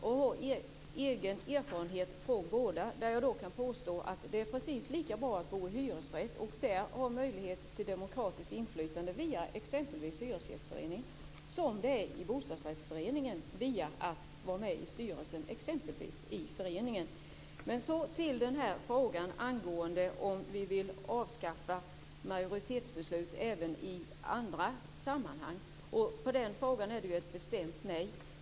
Jag har egen erfarenhet från båda, och jag kan påstå att det är precis lika bra att bo i hyresrätt och där ha möjlighet till demokratiskt inflytande via exempelvis hyresgästföreningen som det är att bo i bostadsrättsförening och exempelvis vara med i föreningens styrelse. Så vill jag ta upp frågan om huruvida vi vill avskaffa majoritetsbeslut även i andra sammanhang. På den frågan är det ju ett bestämt nej.